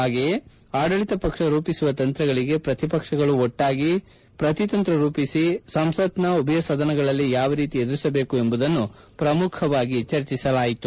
ಹಾಗೆಯೇ ಆಡಳಿತ ರೂಪಿಸುವ ತಂತ್ರಗಳಿಗೆ ಪ್ರತಿಪಕ್ಷಗಳು ಒಟ್ಲಾಗಿ ತಂತ್ರ ರೂಪಿಸಿ ಸಂಸತ್ ನ ಉಭಯ ಸದನಗಳಲ್ಲಿ ಯಾವ ರೀತಿ ಎದುರಿಸಬೇಕು ಎಂಬುದನ್ನು ಪ್ರಮುಖವಾಗಿ ಚರ್ಚಿಸಲಾಯಿತು